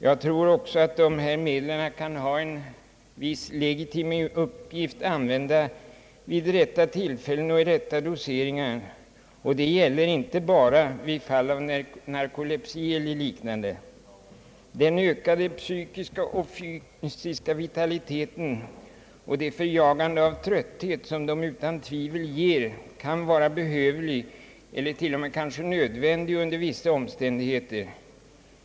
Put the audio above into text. Jag tror även att dessa medel kan ha en viss legitim uppgift att fylla vid rätta tillfällen och i rätta doseringar. Det gäller inte bara vid fall av narkolepsi eller liknande sjukdomar. Den ökade fysiska och psykiska vitaliteten och det förjagande av trötthet som de utan tvivel ger kan vara behövlig och kanske t.o.m. nödvändig under vissa omständigheter.